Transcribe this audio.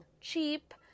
cheap